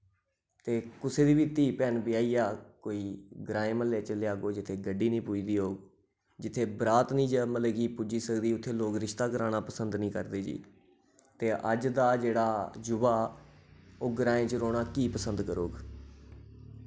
ते कुसै दी बी धी भैन ब्याहियां कोई ग्राएं म्हल्लेै च लेआ जित्थै कोई गड्डी नि पुजदी हो जित्थै बरात नि जा मतलब कि पुज्जी सकदी उत्थै लोक रिश्ता कराना पसंद नि करदे जी ते अज्ज दा जेह्ड़ा जुवा ओह् ग्राएं च रौह्ना की पसंद करोग